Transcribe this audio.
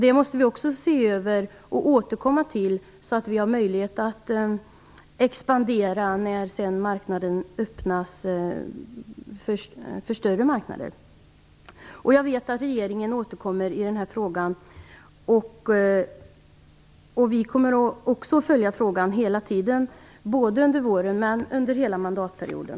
Det måste vi också se över och återkomma till, så att vi har möjlighet att expandera när större marknader öppnas. Jag vet att regeringen återkommer i den här frågan. Vi kommer också att följa frågan hela tiden, både under våren och under hela mandatperioden.